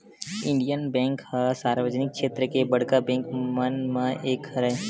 Indian bank ह सार्वजनिक छेत्र के बड़का बेंक मन म एक हरय